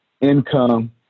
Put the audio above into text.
Income